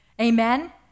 Amen